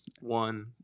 one